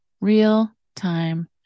real-time